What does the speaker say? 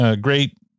great